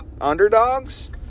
underdogs